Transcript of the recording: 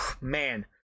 man